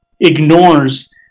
ignores